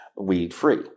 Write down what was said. weed-free